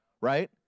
right